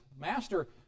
master